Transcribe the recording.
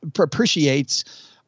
appreciates